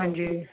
ਹਾਂਜੀ